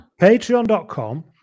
patreon.com